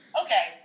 okay